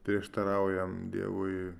prieštaraujam dievui